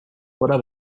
what